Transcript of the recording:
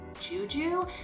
Juju